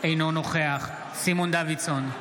אינו נוכח סימון דוידסון,